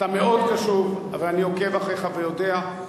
אתה מאוד קשוב, ואני עוקב אחריך ויודע.